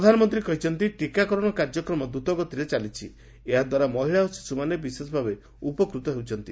ପ୍ରଧାନମନ୍ତୀ କହିଛନ୍ତି ଟୀକାକରଶ କାର୍ଯ୍ୟକ୍ରମ '୍ ତଗତିରେ ଚାଲିଛି ଏହାଦ୍ ାରା ମହିଳା ଓ ଶିଶୁମାନେ ବିଶେଷ ଭାବେ ଉପୂକତ ହେଉଛନ୍ତି